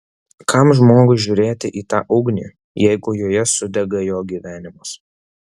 kam žmogui žiūrėti į tą ugnį jeigu joje sudega jo gyvenimas